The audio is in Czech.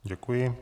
Děkuji.